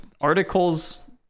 article's